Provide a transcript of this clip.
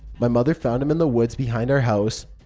my mother found him in the woods behind our house,